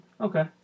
okay